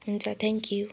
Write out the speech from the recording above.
हुन्छ thank you